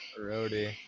roadie